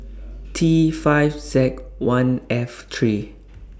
T five Z one F three